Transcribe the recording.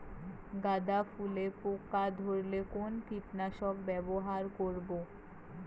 গাদা ফুলে পোকা ধরলে কোন কীটনাশক ব্যবহার করব?